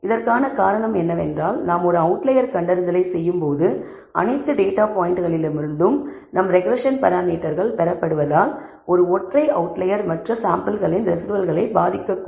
இதற்கான காரணம் என்னவென்றால் நாம் ஒரு அவுட்லயர் கண்டறிதலைச் செய்யும்போது அனைத்து டேட்டா பாயின்ட்களிலிருந்தும் நம் ரெக்ரெஸ்ஸன் பராமீட்டர்கள் பெறப்படுவதால் ஒரு ஒற்றை அவுட்லயர் மற்ற சாம்பிள்களின் ரெஸிடுவல்களை பாதிக்கக்கூடும்